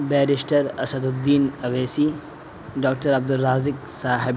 barrister Asaduddin Owaisi doctor Abdul Razaq Sahib